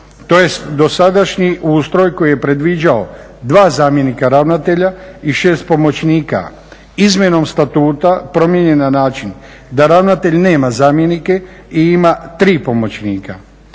tj. dosadašnji ustroj koji je predviđao dva zamjenika ravnatelja i šest pomoćnika izmjenom statuta promijenjen na način da ravnatelj nema zamjenike i ima tri pomoćnika.